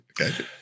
Okay